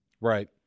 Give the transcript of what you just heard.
Right